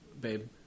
Babe